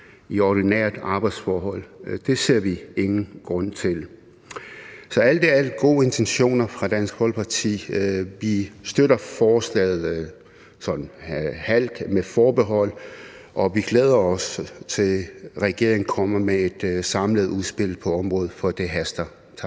et ordinært arbejdsforhold. Det ser vi ingen grund til. Så alt i alt er der gode intentioner i forslaget fra Dansk Folkeparti, og vi støtter forslaget halvt og med forbehold, og vi glæder os til, at regeringen kommer med et samlet udspil på området, for det haster.